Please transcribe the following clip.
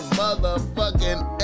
motherfucking